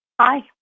Hi